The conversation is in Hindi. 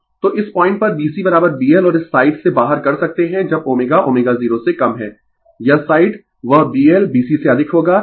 तो इस पॉइंट पर B CB L और इस साइड से बाहर कर सकते है जब ω ω0 से कम है यह साइड वह B L B C से अधिक होगा